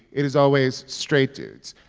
it is always straight dudes.